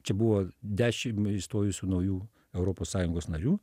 čia buvo dešim įstojusių naujų europos sąjungos narių